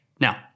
Now